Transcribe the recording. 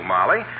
Molly